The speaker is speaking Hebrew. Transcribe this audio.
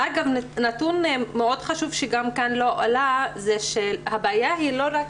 אגב, נתון מאוד חשוב שלא עלה כאן היא שהבעיה לא רק